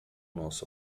nosso